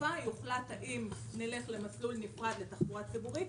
ובסופה יוחלט האם נלך למסלול נפרד לתחבורה ציבורית,